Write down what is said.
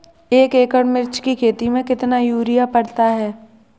एक एकड़ मिर्च की खेती में कितना यूरिया पड़ता है?